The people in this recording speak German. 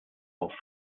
auch